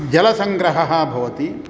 जलसंग्रहः भवति